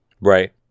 Right